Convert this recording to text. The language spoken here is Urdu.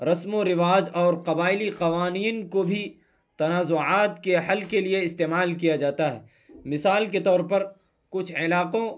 رسم و رواج اور قبائلی قوانین کو بھی تنازعات کے حل کے لیے استعمال کیا جاتا ہے مثال کے طور پر کچھ علاقوں